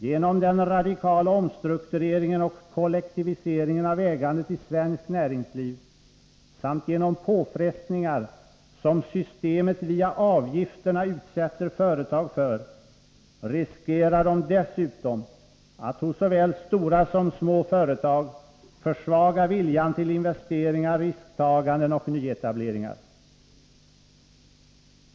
Genom den radikala omstruktureringen och kollektiviseringen av ägandet i svenskt näringsliv samt genom påfrestningar, som systemet via avgifterna utsätter företag för, riskerar de dessutom att hos såväl stora som små företag försvaga viljan till investeringar, risktaganden och nyetableringar.